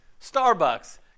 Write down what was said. Starbucks